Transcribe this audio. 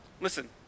Listen